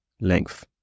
length